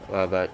!wah! but